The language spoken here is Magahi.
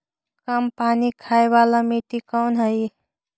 कम पानी खाय वाला मिट्टी कौन हइ?